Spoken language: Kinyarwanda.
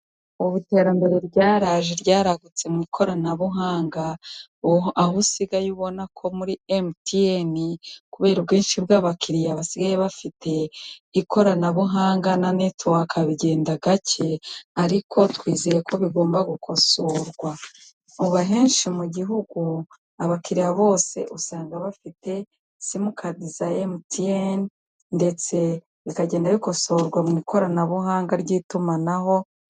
Ubu iterambere ryaraje ryaragutse mu ikoranabuhanga, aho usigaye ubona ko muri emutiyeni, kubera ubwinshi bw'abakiriya basigaye bafite, ikoranabuhanga na netiwaka zigenda gake, ariko twizeye ko bigomba gukosorwa. Ubu ahenshi mu gihugu abakiriya bose usanga bafite simukadi za emutiyeni, ndetse bikagenda bikosorwa mu ikoranabuhanga ry'itumanaho.